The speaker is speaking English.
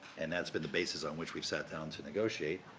and that's been the basis on which we've sat down to negotiate.